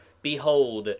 behold,